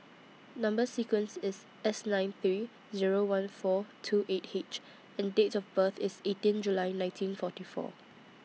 Number sequence IS S nine three Zero one four two eight H and Date of birth IS eighteen July nineteen forty four